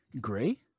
Gray